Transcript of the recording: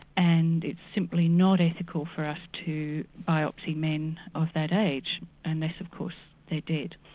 and it's simply not ethical for us to biopsy men of that age unless of course they're dead.